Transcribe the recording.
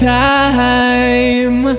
time